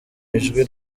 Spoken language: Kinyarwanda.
ijwi